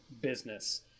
business